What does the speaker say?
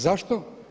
Zašto?